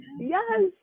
Yes